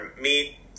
meat